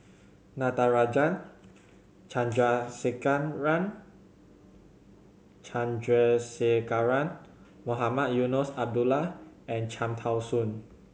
Natarajan Chandrasekaran Chandrasekaran Mohamed Eunos Abdullah and Cham Tao Soon